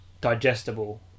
digestible